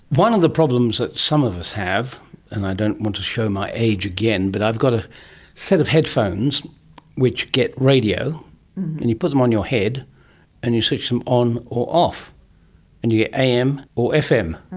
one of the problems that some of us have and i don't want to show my age again but i've got a set of headphones which get radio and you put them on your head and you switch them on or off and you get am or fm,